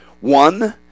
one